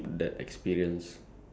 you buy like um